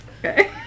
Okay